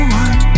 one